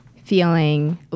feeling